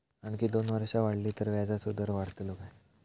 आणखी दोन वर्षा वाढली तर व्याजाचो दर वाढतलो काय?